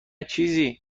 چیزی